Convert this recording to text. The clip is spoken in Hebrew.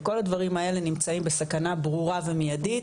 וכל הדברים האלה נמצאים בסכנה ברורה ומיידית,